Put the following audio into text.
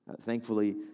Thankfully